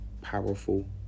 powerful